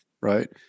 Right